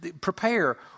prepare